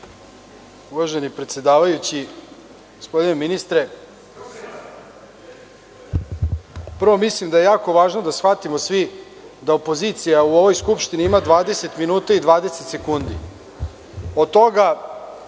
Uvaženi predsedavajući, gospodine ministre, prvo mislim da je jako važno da shvatimo svi da opozicija u ovoj skupštini ima 20 minuta i 20 sekundi. Od toga